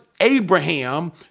Abraham